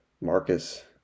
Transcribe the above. Marcus